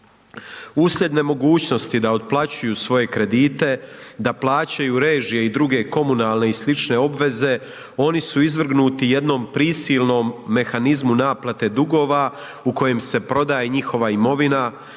Uslijed nemogućnosti da otplaćuju svoje kredite, da plaćaju režije i druge komunalne i slične obveze, oni su izvrgnuti jednom prisilnom mehanizmu naplate dugova u kojem se prodaje njihova imovina,